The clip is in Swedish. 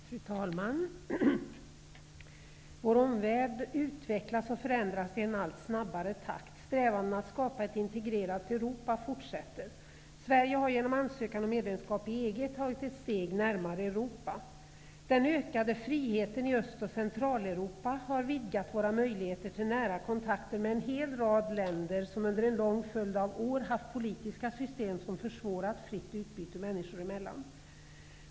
Fru talman! Vår omvärld utvecklas och förändras i en allt snabbare takt. Strävandena att skapa ett integrerat Europa fortsätter. Sverige har genom ansökan om medlemskap i EG tagit ett steg närmare Europa. Den ökade friheten i Öst och Centraleuropa har vidgat våra möjligheter till nära kontakter med en hel rad länder, vilka under en lång följd av år haft politiska system som försvårat fritt utbyte människor emellan.